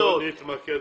בואו נתמקד